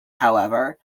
however